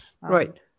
right